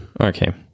Okay